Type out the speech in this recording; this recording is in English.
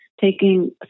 taking